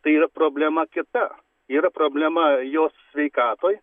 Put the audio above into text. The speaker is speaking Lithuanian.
tai yra problema kita yra problema jos sveikatoj